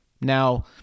Now